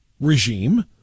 regime